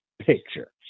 picture